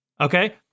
okay